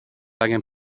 angen